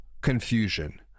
confusion